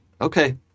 Okay